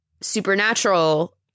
Supernatural